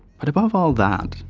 but above all that,